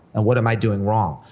and what am i doing wrong?